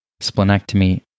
Splenectomy